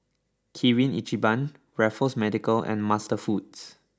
Kirin Ichiban Raffles Medical and MasterFoods